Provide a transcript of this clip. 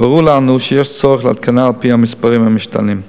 ברור לנו שיש צורך לעדכנה לפי המספרים המשתנים.